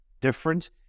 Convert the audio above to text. different